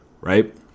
right